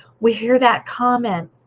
we hear that comment